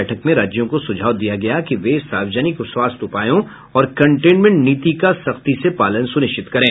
बैठक में राज्यों को सुझाव दिया गया कि वे सार्वजनिक स्वास्थ्य उपायों और कटेंनमेंट नीति का सख्ती से पालन सुनिश्चित करें